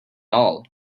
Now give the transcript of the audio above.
all